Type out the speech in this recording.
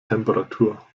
temperatur